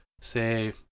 say